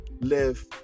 live